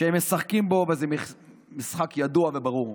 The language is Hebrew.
שהם משחקים בו, וזה משחק ידוע וברור.